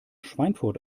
schweinfurt